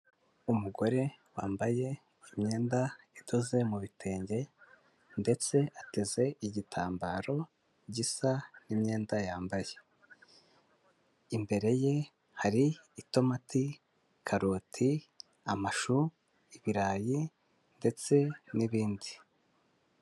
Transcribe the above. Umugore wambaye imyenda idoze mu bitenge, ndetse ateze igitambaro gisa n'imyenda yambaye. Imbere ye hari itomati, karoti, amashu, ibirayi, ndetse n'ibindi.